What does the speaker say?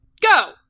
go